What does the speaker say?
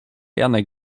janek